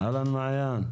אהלן מעיין.